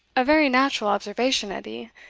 a very natural observation, edie,